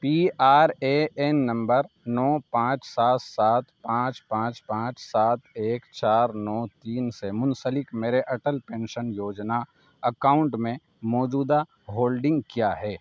P R A N نمبر نو پانچ سات سات پانچ پانچ پانچ سات ایک چار نو تین سے منسلک میرے اٹل پنشن یوجنا اکاؤنٹ میں موجودہ ہولڈنگ کیا ہے